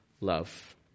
love